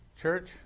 Church